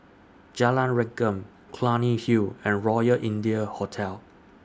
Jalan Rengkam Clunny Hill and Royal India Hotel